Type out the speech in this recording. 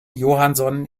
johansson